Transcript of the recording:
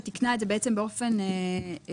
שתיקנה את זה באופן זמני,